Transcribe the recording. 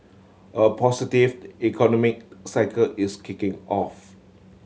a positive economic cycle is kicking off